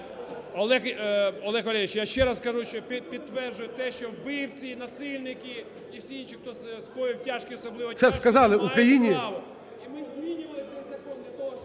Олег Валерійович, я ще раз кажу, що підтверджую те, що вбивці, насильники і всі інші, хто скоїв тяжкі, особливо тяжкі, не мають право.